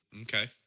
Okay